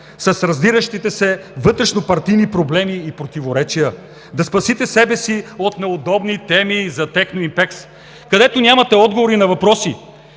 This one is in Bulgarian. от раздиращите се вътрешнопартийни проблеми и противоречия. Да спасите себе си от неудобни теми за „Техноимпекс“, където нямате отговори на въпроси: